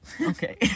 Okay